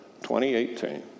2018